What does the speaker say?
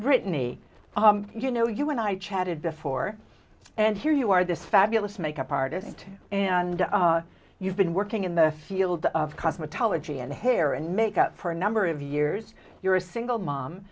brittany you know you when i chatted before and here you are this fabulous makeup artist and you've been working in the field of cosmetology and hair and makeup for a number of years you're a single mom